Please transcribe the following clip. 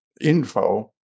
info